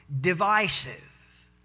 divisive